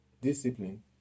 discipline